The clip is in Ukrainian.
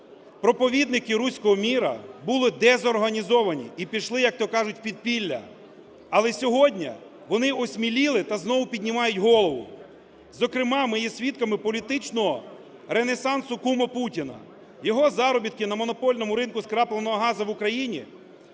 проповідники "руського миру" були дезорганізовані і пішли, як-то кажуть, в підпілля. Але сьогодні вони осміліли та знову піднімають голову. Зокрема, ми є свідками політичного ренесансу кума Путіна. Його заробітки на монопольному ринку скрапленого газу в Україні